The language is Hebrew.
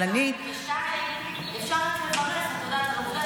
אבל אני, 1. 2. אפשר רק לברך, את יודעת, בעובדה